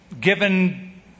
given